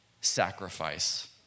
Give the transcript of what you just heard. Sacrifice